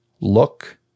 look